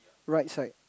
right side